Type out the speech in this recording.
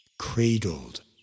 Cradled